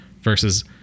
versus